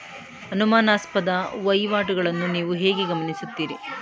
ಅನುಮಾನಾಸ್ಪದ ವಹಿವಾಟುಗಳನ್ನು ನೀವು ಹೇಗೆ ಗುರುತಿಸುತ್ತೀರಿ?